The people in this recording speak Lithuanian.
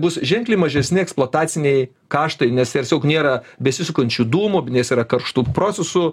bus ženkliai mažesni eksploataciniai kaštai nes tiesiog nėra besisukančių dūmų nes yra karštų procesų